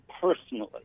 personally